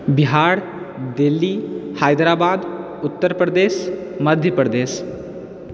Bihar Delhi Hyderabad Uttar Pradesh Madhya Pradesh